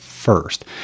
First